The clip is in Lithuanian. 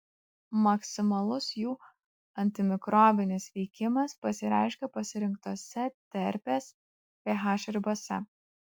maksimalus jų antimikrobinis veikimas pasireiškia pasirinktose terpės ph ribose